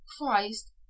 Christ